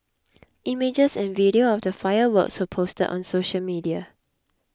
images and video of the fireworks were posted on social media